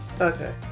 Okay